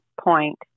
point